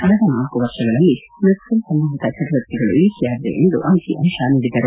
ಕಳೆದ ನಾಲ್ಕು ವರ್ಷಗಳಲ್ಲಿ ನಕ್ಲಲ್ ಸಂಬಂಧಿತ ಚಟುವಟಿಕೆಗಳು ಇಳಿಕೆಯಾಗಿವೆ ಎಂದು ಅಂಕಿ ಅಂತ ನೀಡಿದರು